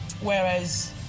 whereas